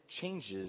changes